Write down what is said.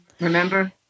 Remember